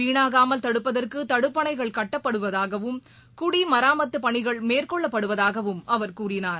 வீணாகமல் தடுப்பதற்குதடுப்பணைகள் கட்டப்படுவதாகவும் மழைநீர் குடிமராமத்துபணிகள் மேற்கொள்ளப்படுவதாகவும ்அவர் கூறினார்